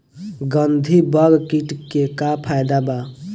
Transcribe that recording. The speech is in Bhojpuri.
गंधी बग कीट के का फायदा बा?